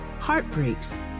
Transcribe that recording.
heartbreaks